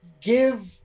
Give